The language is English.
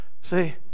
See